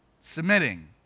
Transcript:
submitting